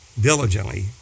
Diligently